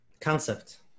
concept